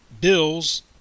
Bills